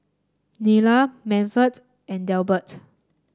Nila Manford and Delbert